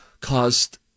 caused